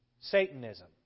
Satanism